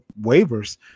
waivers